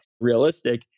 realistic